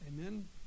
Amen